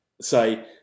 say